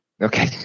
Okay